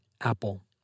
Apple